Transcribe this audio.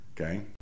Okay